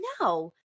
no